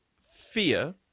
fear